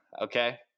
okay